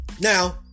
Now